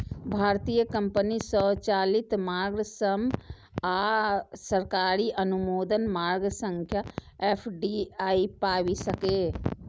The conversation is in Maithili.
भारतीय कंपनी स्वचालित मार्ग सं आ सरकारी अनुमोदन मार्ग सं एफ.डी.आई पाबि सकैए